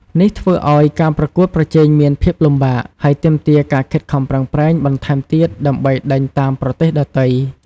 នេះធ្វើឲ្យការប្រកួតប្រជែងមានភាពលំបាក ហើយទាមទារការខិតខំប្រឹងប្រែងបន្ថែមទៀតដើម្បីដេញតាមប្រទេសដទៃ។